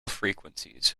frequencies